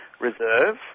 Reserve